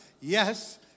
Yes